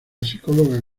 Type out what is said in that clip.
psicóloga